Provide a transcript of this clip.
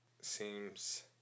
seems